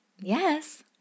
Yes